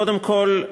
קודם כול,